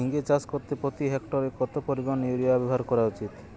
ঝিঙে চাষ করতে প্রতি হেক্টরে কত পরিমান ইউরিয়া ব্যবহার করা উচিৎ?